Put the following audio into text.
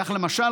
כך למשל,